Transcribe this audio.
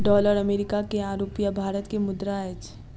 dollar America के आ रूपया भारत के मुद्रा अछि